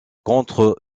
contre